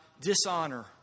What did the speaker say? dishonor